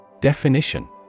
Definition